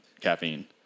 caffeine